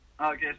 Okay